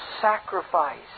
sacrifice